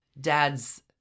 Dad's